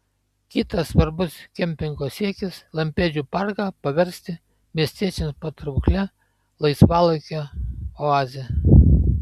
kitas svarbus kempingo siekis lampėdžių parką paversti miestiečiams patrauklia laisvalaikio oaze